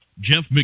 Jeff